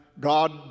God